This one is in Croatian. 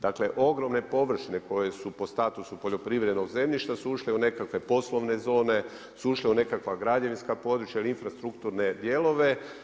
Dakle ogromne površine koje su po statusu poljoprivrednog zemljišta su ušle u nekakve poslovne zone, su ušle u nekakva građevinska područja, infrastrukturne dijelove.